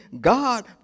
God